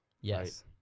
Yes